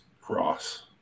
Cross